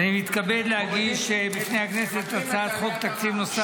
אני מתכבד להגיש לפני הכנסת הצעת חוק תקציב נוסף